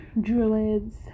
druids